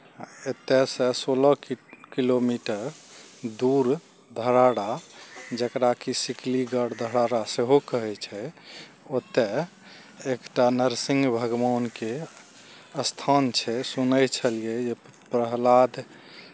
एतयसँ सोलह कि किलोमीटर दूर धराड़ा जकरा कि शिकलीगढ़ धराड़ा सेहो कहै छै ओतय एक टा नरसिंह भगवानके स्थान छै सुनै छलियै जे प्रह्लाद